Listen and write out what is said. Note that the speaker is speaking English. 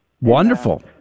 Wonderful